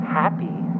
happy